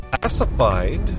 classified